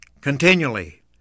continually